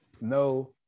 no